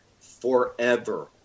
forever